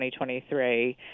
2023